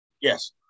Yes